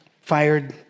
fired